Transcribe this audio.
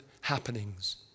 happenings